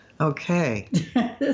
Okay